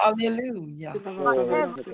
Hallelujah